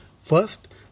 First